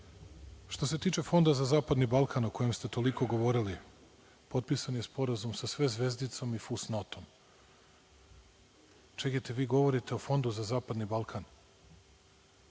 se tiče Fonda za zapadni Balkan, o kojem ste toliko govorili, potpisan je Sporazum sa sve zvezdicom i fus notom. Čekajte, vi govorite o Fondu za zapadni Balkan,